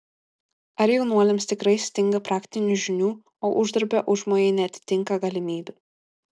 ar jaunuoliams tikrai stinga praktinių žinių o uždarbio užmojai neatitinka galimybių